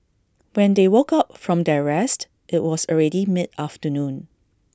when they woke up from their rest IT was already mid afternoon